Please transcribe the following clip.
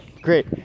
great